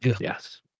yes